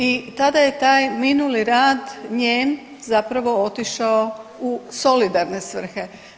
I tada je taj minuli rad, njen zapravo otišao u solidarne svrhe.